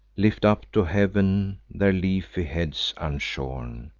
lift up to heav'n their leafy heads unshorn,